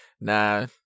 nah